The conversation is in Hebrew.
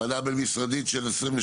הוועדה הבין משרדית של 2022?